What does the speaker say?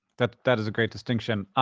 that that is a great distinction.